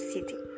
City